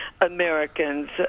Americans